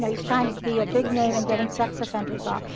he's trying to be a big name and getting sex offenders off.